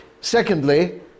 Secondly